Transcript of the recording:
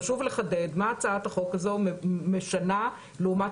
חשוב לחדד מה הצעת החוק הזאת משנה לעומת